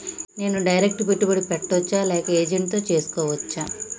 నేను డైరెక్ట్ పెట్టుబడి పెట్టచ్చా లేక ఏజెంట్ తో చేస్కోవచ్చా?